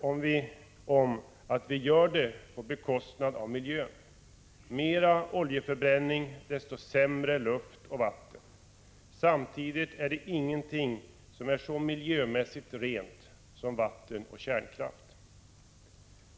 om att vi gör det på bekostnad av miljön. Ju mera oljeförbränning, desto sämre luft och vatten. Samtidigt är ingenting så miljömässigt rent som vattenoch kärnkraft.